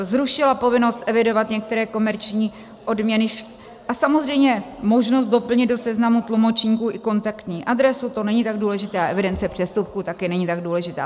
Zrušila povinnost evidovat některé komerční odměny a samozřejmě možnost doplnit do seznamu tlumočníků i kontaktní adresu, to není tak důležité, a evidence přestupků, taky není tak důležitá.